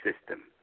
system